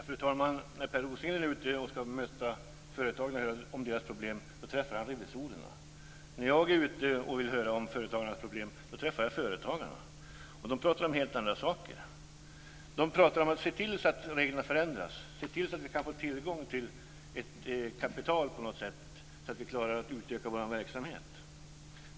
Fru talman! När Per Rosengren är ute för att tala om företagarnas problem träffar han revisorerna. När jag är ute för att få uppgifter om företagarnas problem träffar jag företagarna, och de pratar om helt andra saker. De säger: Se till att reglerna förändras så att vi på något sätt får tillgång till kapital för att kunna utöka vår verksamhet!